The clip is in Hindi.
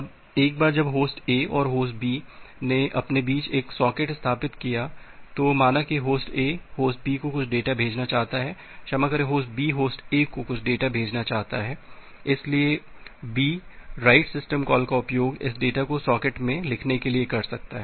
अब एक बार जब होस्ट A और होस्ट B ने अपने बीच एक सॉकेट स्थापित किया तो माना के होस्ट A होस्ट B को कुछ डेटा भेजना चाहता है क्षमा करें होस्ट B होस्ट A को कुछ डेटा भेजना चाहता है इसलिए host B write system call का उपयोग इस डेटा को सॉकेट में लिखने के लिए कर सकता है